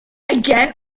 again